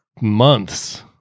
months